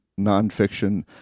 nonfiction